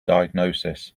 diagnosis